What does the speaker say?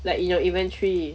like in your inventory